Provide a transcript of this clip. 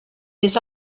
des